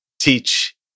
teach